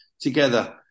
together